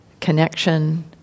connection